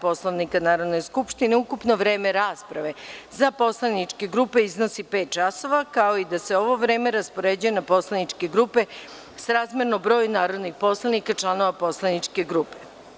Poslovnika Narodne skupštine, ukupno vreme rasprave za poslaničke grupe iznosi pet časova, kao i da se ovo vreme raspoređuje na poslaničke grupe srazmerno broju narodnih poslanika članova poslaničke grupe.